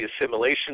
assimilation